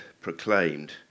proclaimed